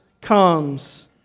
comes